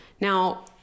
Now